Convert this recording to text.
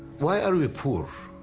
why are we poor?